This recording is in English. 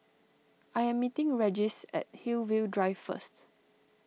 I am meeting Regis at Hillview Drive first